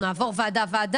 אנחנו נעבור ועדה-ועדה.